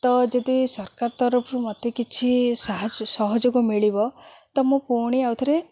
ତ ଯଦି ସରକାର ତରଫରୁ ମୋତେ କିଛି ସାହସ ସହଯୋଗ ମିଳିବ ତ ମୁଁ ପୁଣି ଆଉଥରେ